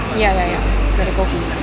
ya ya ya medical fees